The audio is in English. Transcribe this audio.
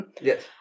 Yes